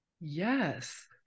Yes